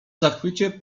zachwycie